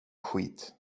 skit